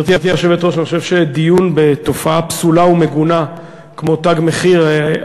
אני חושב שדיון בתופעה פסולה ומגונה כמו "תג מחיר",